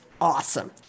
awesome